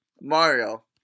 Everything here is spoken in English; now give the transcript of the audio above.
Mario